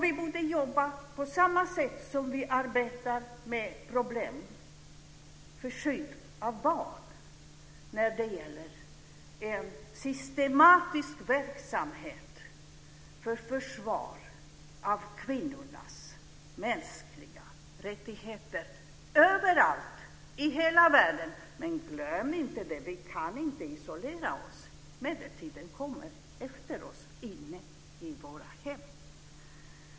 Vi borde jobba på samma sätt som vi arbetar med problemen för skydd av barn när det gäller en systematisk verksamhet för försvar av kvinnornas mänskliga rättigheter överallt i hela världen. Men glöm inte: Vi kan inte isolera oss. Medeltiden kommer efter oss in i våra hem.